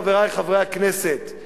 חברי חברי הכנסת,